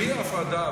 בלי הפרדה.